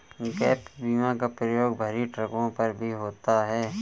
gap बीमा का प्रयोग भरी ट्रकों पर भी होता है